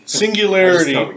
singularity